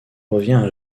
revient